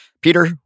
Peter